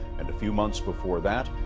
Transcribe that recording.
and a few months before that,